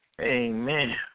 Amen